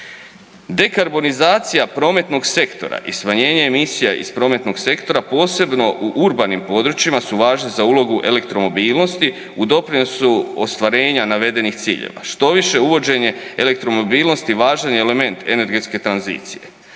Dekarbonizacija prometnog sektora i smanjenje emisija iz prometnog sektora posebno u urbanim područjima su važni za ulogu elektromobilnosti u doprinosu ostvarenja navedenih ciljeva. Štoviše uvođenje elektromobilnosti važan je element energetske tranzicije.